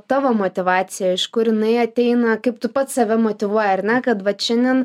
tavo motyvacija iš kur jinai ateina kaip tu pats save motyvuoji ar ne kad vat šiandien